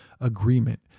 agreement